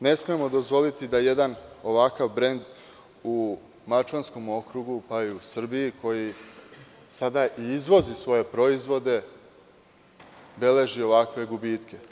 Ne smemo dozvoliti da jedan ovakav brend u Mačvanskom okrugu pa i u Srbiji koji sada i izvozi svoje proizvode beleži ovakve gubitke.